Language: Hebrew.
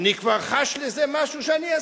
אני כבר חש לזה משהו שאני עשיתי.